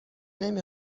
نمی